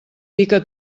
pica